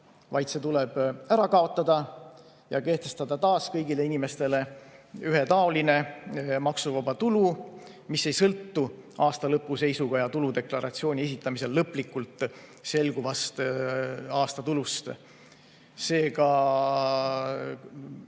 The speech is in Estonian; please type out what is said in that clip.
vaid see tuleb ära kaotada ja kehtestada taas kõigile inimestele ühetaoline maksuvaba tulu, mis ei sõltu aasta lõpu seisuga ja tuludeklaratsiooni esitamisel lõplikult selguvast aastatulust. Seega,